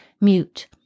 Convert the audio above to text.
mute